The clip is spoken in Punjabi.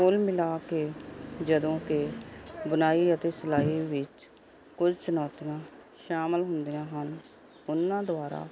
ਕੁਲ ਮਿਲਾ ਕੇ ਜਦੋਂ ਕਿ ਬੁਣਾਈ ਅਤੇ ਸਿਲਾਈ ਵਿੱਚ ਕੁਝ ਚੁਣੌਤੀਆਂ ਸ਼ਾਮਿਲ ਹੁੰਦੀਆਂ ਹਨ ਉਹਨਾਂ ਦੁਆਰਾ